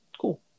Cool